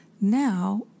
Now